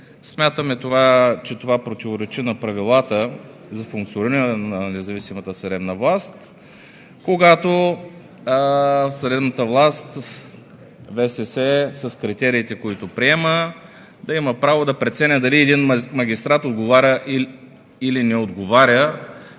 Смятаме, че това противоречи на правилата за функциониране на независимата съдебна власт, когато в съдебната власт ВСС с критериите, които приема, да преценява дали един магистрат отговаря, или не отговаря